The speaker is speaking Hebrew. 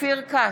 אופיר כץ,